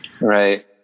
Right